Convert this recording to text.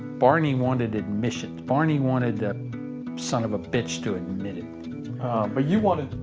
barney wanted admissions. barney wanted the son of a bitch to admit it but you wanted,